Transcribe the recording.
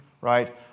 right